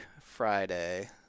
Friday